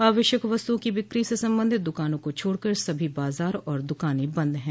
आवश्यक वस्तुओं की बिक्री से संबंधित दुकानों को छोड़ कर सभी बाजार और दुकानें बंद हैं